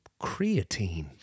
creatine